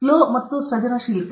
flow ಮತ್ತು ಸೃಜನಶೀಲತೆ